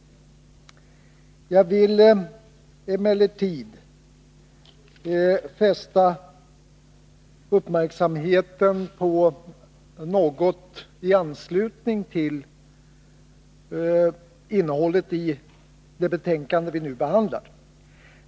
Jag vill emellertid fästa uppmärksamheten på några frågor i anslutning till innehållet i det betänkande vi nu behandlar.